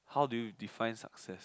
how do you define success